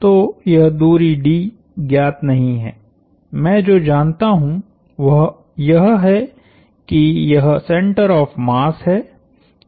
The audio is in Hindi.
तो यह दूरी d ज्ञात नहीं है मैं जो जानता हूं वह यह है कि यह सेंटर ऑफ़ मास है